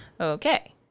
Okay